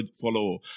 follow